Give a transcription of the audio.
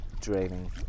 draining